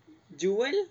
jewel